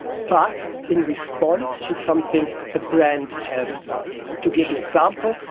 but in response to something a brand has done. to give an example,